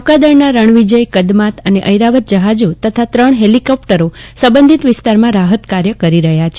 નૌકાદળના રણવિજય કદમાત અને ઐરાવત જહાજો તથા ત્રણ હેલીકોપ્ટરો સંબંધીત વિસ્તારમાં રાહત કાર્ય કરી રહ્યા છે